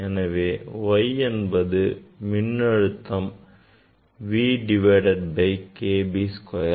எனவே Yஎன்பது மின்னழுத்தம் V divided by K B square